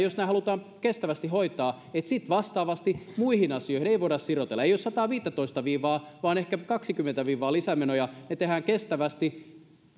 jos nämä halutaan kestävästi hoitaa että sitten vastaavasti muihin asioihin ei voida sirotella ei ole sataviisitoista viivaa vaan ehkä kaksikymmentä viivaa lisämenoja ne tehdään kestävästi